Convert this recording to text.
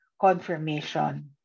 confirmation